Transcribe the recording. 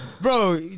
Bro